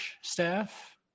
staff